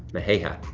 maheja.